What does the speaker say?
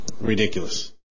ridiculous